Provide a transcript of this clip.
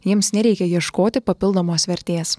jiems nereikia ieškoti papildomos vertės